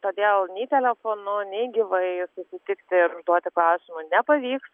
todėl nei telefonu nei gyvai susitikti ir užduoti klausimų nepavyks